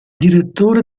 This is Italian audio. direttore